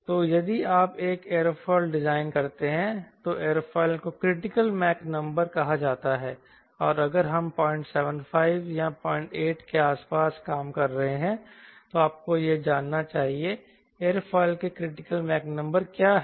तो यदि आप एक एयरोफिल डिजाइन करते हैं तो एयरोफाइल को क्रिटिकल मैक नंबर कहा जाता है और अगर हम 075 या 08 के आसपास काम कर रहे हैं तो आपको यह जानना चाहिए एयरोफिल की क्रिटिकल मैक नंबर क्या है